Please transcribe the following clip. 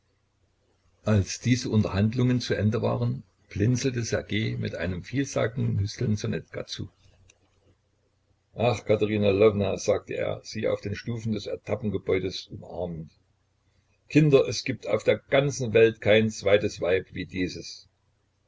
als diese unterhandlungen zu ende waren blinzelte ssergej mit einem vielsagenden hüsteln ssonetka zu ach katerina lwowna sagte er sie auf den stufen des etappengebäudes umarmend kinder es gibt auf der ganzen welt kein zweites weib wie dieses